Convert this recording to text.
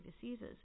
diseases